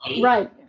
right